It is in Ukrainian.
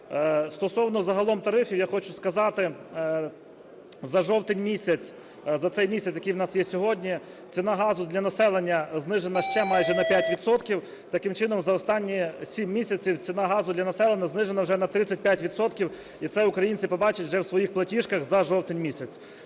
Стосовно загалом тарифів. Я хочу сказати, за жовтень-місяць, за цей місяць, який у нас є сьогодні, ціна газу для населення знижена ще майже на 5 відсотків. Таким чином, за останні 7 місяців ціна газу для населення знижена вже на 35 відсотків, і це українці побачать вже у своїх платіжках за жовтень-місяць.